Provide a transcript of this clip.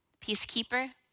peacekeeper